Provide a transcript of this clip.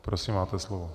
Prosím, máte slovo.